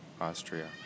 Austria